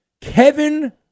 Kevin